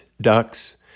ducks